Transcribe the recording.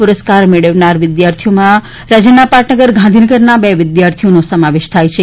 પુરસ્કાર મેળવનાર વિદ્યાર્થીઓમાં રાજ્યના પાટનગર ગાંધીનગરના બે વિદ્યાર્થીઓનો સમાવેશ થાય છે